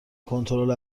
کنترل